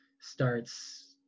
starts